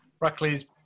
Ruckley's